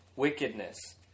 wickedness